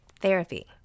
therapy